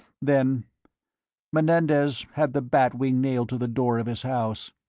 then menendez had the bat wing nailed to the door of his house,